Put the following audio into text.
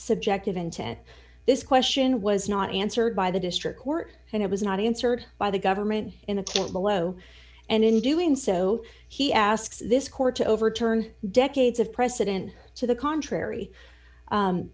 subjective intent this question was not answered by the district court and it was not answered by the government in the tent below and in doing so he asks this court to overturn decades of precedent to the contrary